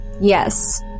Yes